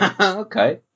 Okay